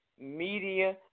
Media